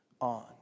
on